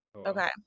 Okay